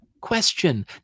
question